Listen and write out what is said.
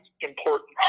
important